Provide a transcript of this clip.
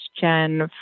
Jen